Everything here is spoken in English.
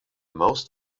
most